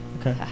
Okay